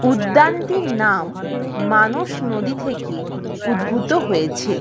উদ্যানটির নাম মানস নদী থেকে উদ্ভূত হয়েছে